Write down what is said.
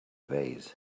vase